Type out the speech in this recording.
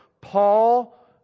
Paul